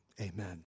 Amen